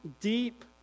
deep